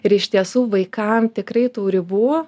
ir iš tiesų vaikam tikrai tų ribų